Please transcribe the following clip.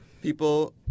people